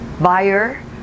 buyer